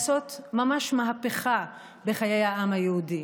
לעשות ממש מהפכה בחיי העם היהודי,